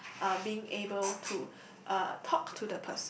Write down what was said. uh being able to uh talk to the person